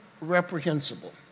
reprehensible